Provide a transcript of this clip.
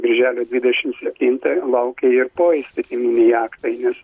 birželio dvidešimt septintąją laukia ir poįstatyminiai aktai nes